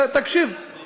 זו לא תפיסה דמוקרטית.